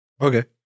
Okay